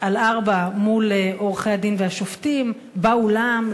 על ארבע מול עורכי-דין והשופטים באולם,